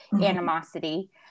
animosity